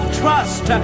trust